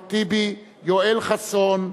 אחמד טיבי, יואל חסון,